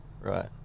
Right